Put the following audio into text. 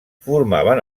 formaven